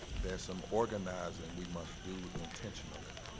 there's some organizing we must do intentionally